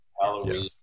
Halloween